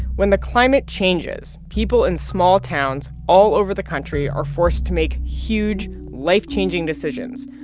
when the climate changes, people in small towns all over the country are forced to make huge, life-changing decisions.